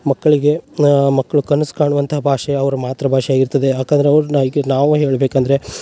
ಮಕ್ಕಳಿಗೆ ಮಕ್ಕಳು ಕನಸು ಕಾಣುವಂಥ ಭಾಷೆ ಅವ್ರ ಮಾತೃಭಾಷೆ ಆಗಿರ್ತದೆ ಯಾಕಂದ್ರೆ ಅವ್ರನ್ನ ಈಗ ನಾವು ಹೇಳಬೇಕಂದ್ರೆ